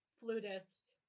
flutist